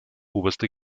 oberste